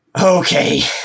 Okay